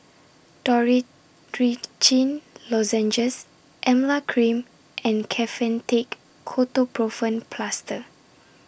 Dorithricin Lozenges Emla Cream and Kefentech Ketoprofen Plaster